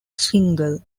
single